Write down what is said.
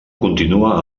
continua